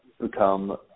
become